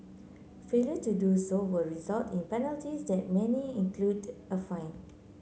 failure to do so will result in penalties that many include a fine